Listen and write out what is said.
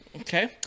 Okay